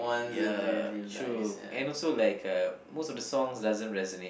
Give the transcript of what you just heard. ya true and also like uh most of the song doesn't resonate